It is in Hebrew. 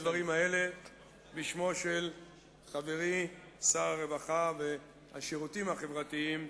הבאתי את הדברים האלה בשמו של חברי שר הרווחה והשירותים החברתיים,